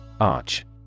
Arch